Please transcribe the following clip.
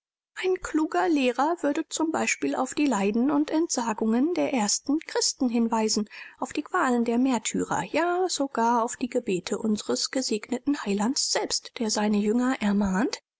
ein kluger lehrer würde z b auf die leiden und entsagungen der ersten christen hinweisen auf die qualen der märtyrer ja sogar auf die gebete unsers gesegneten heilands selbst der seine jünger ermahnt